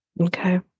Okay